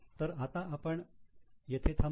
तर आता आपण येथे थांबू